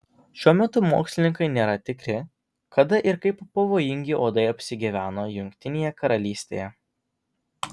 šiuo metu mokslininkai nėra tikri kada ir kaip pavojingi uodai apsigyveno jungtinėje karalystėje